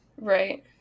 Right